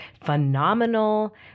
phenomenal